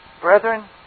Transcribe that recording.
Brethren